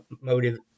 motive